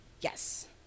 Yes